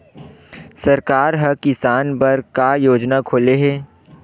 सरकार ह किसान बर का योजना खोले हे?